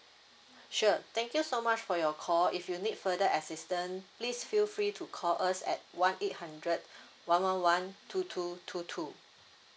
sure thank you so much for your call if you need further assistant please feel free to call us at one eight hundred one one one two two two two